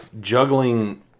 Juggling